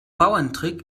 bauerntrick